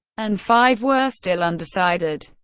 and five were still undecided.